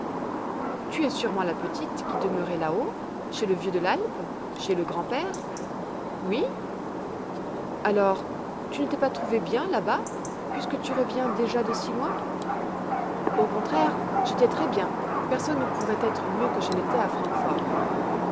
tu es sûrement la petite qui demeurait là-haut chez le vieux de l'alpe chez le grand-père oui alors tu ne t'es pas trouvée bien là-bas puisque tu reviens déjà de si loin au contraire j'étais très bien personne ne pourrait être mieux que je n'étais à francfort